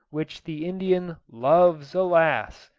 which the indian loves, alas!